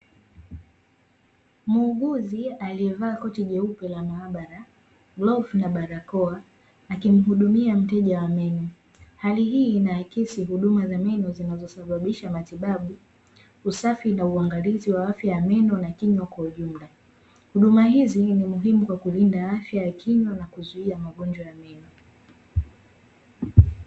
Muuguzi aliyevaa koti jeupe la maabara, glovu na barakoa; akimhudumia mteja wa meno. Hali hii inaakisi huduma za meno zinazosababisha matibabu, usafi na uangalizi wa afya ya meno na kinywa kwa ujumla. Huduma hizi ni muhimu kwa kulinda afya ya kinywa na kuzuia magonjwa ya meno.